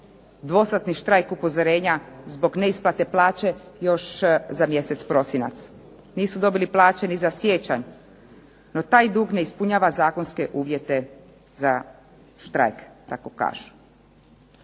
dvosatni štrajk upozorenja zbog neisplate plaće još za mjesec prosinac. Nisu dobili plaće ni za siječanj no taj dug ne ispunjava zakonske uvjete za štrajk. Tako kažu.